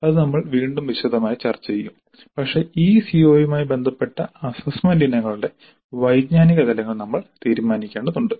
ഇത് നമ്മൾ വീണ്ടുംവിശദമായി ചർച്ചചെയ്യും പക്ഷേ ഈ സിഒയുമായി ബന്ധപ്പെട്ട അസ്സസ്സ്മെന്റ് ഇനങ്ങളുടെ വൈജ്ഞാനിക തലങ്ങൾ നമ്മൾ തീരുമാനിക്കേണ്ടതുണ്ട്